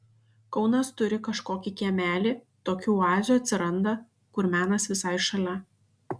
kaunas turi kažkokį kiemelį tokių oazių atsiranda kur menas visai šalia